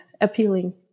appealing